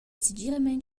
segiramein